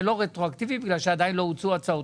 זה לא רטרואקטיבי בגלל שעדיין לא הוצעו הצעות.